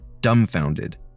dumbfounded